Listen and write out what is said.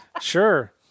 sure